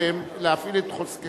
אני לא אאפשר לכם להפעיל את חוזקכם.